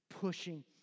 pushing